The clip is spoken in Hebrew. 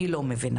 אני לא מבינה.